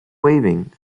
weaving